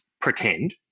pretend